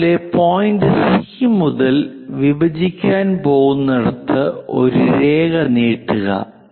അതുപോലെ point C മുതൽ വിഭജിക്കാൻ പോകുന്നിടത്ത് ഒരു രേഖ നീട്ടുക